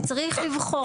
וצריך לבחור.